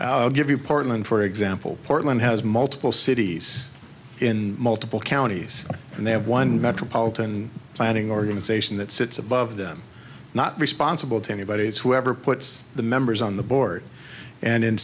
give you portland for example portland has multiple cities in multiple counties and they have one metropolitan planning organization that sits above them not responsible to anybody it's whoever puts the members on the board and in